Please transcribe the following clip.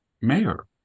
mayor